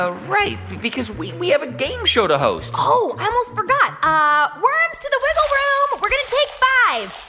ah right because we we have a game show to host oh, i almost forgot. ah worms to the wiggle room. we're going to take five.